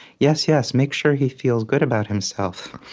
yes. yes, make sure he feels good about himself.